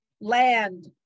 Land